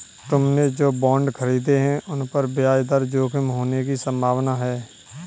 तुमने जो बॉन्ड खरीदे हैं, उन पर ब्याज दर जोखिम होने की संभावना है